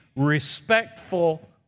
respectful